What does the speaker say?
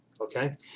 okay